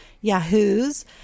yahoos